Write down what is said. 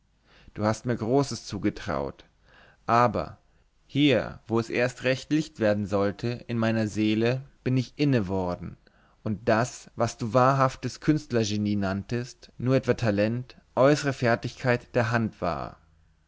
du hast mir großes zugetraut aber hier wo es erst recht licht werden sollte in meiner seele bin ich inne worden daß das was du wahrhaftes künstlergenie nanntest nur etwa talent äußere fertigkeit der hand war